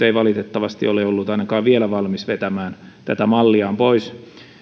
ei valitettavasti ole ollut ainakaan vielä valmis vetämään tätä malliaan pois